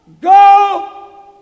go